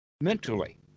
mentally